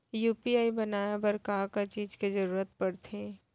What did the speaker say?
UPI बनाए बर का का चीज के जरवत पड़थे?